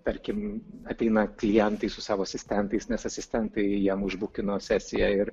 tarkim ateina klientai su savo asistentais nes asistentai jam užbukino sesiją ir